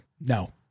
no